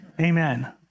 Amen